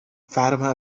fatima